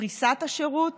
פריסת השירות